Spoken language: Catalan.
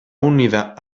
unida